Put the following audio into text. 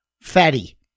fatty